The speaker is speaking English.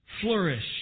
flourish